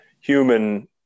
human